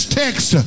text